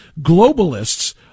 globalists